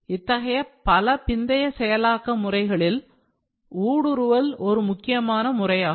இத்தகைய பல பிந்தைய செயலாக்க முறைகளில் ஊடுருவல் ஒரு முக்கியமான முறையாகும்